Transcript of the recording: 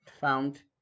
found